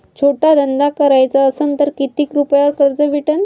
छोटा धंदा कराचा असन तर किती रुप्यावर कर्ज भेटन?